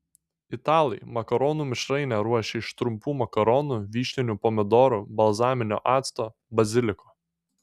italai makaronų mišrainę ruošia iš trumpų makaronų vyšninių pomidorų balzaminio acto baziliko